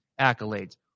accolades